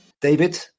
David